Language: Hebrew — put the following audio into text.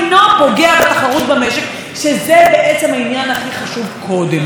באה הרשות השנייה ואמרה: בואו נתקע סיכות בבלון הזה,